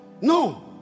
No